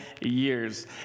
years